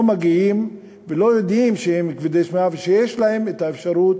לא מגיעים ולא יודעים שהם כבדי שמיעה ושיש להם את האפשרות,